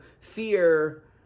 fear